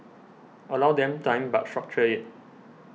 allow them time but structure it